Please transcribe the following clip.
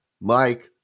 Mike